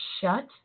shut